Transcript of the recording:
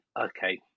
okay